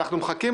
אנחנו מחכים.